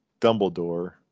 Dumbledore